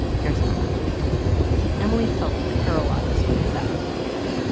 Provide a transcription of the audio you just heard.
here's hanna emily felt paralyzed in the back of the van.